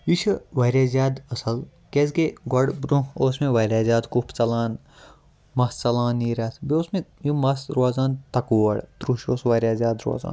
یہِ چھُ واریاہ زیادٕ اصل کیازِ کہِ گۄڈٕ برٛونٛہہ اوس مےٚ واریاہ زیادٕ کُپھ ژَلان مَس ژَلان نیٖرِتھ بیٚیہِ اوس مےٚ یہِ مَس روزان تَکور ترٛوٚش اوس واریاہ زیادٕ روزان